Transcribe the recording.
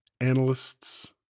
analysts